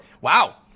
wow